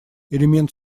элемент